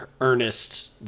Ernest